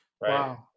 Wow